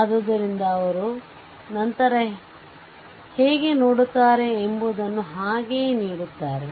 ಆದ್ದರಿಂದ ಅವರು ನಂತರ ಹೇಗೆ ನೋಡುತ್ತಾರೆ ಎಂಬುದನ್ನು ಹಾಗೇ ನೀಡುತ್ತಾರೆ